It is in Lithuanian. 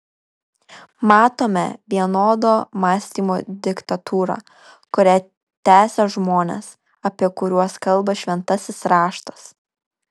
matome vienodo mąstymo diktatūrą kurią tęsia žmonės apie kuriuos kalba šventasis raštas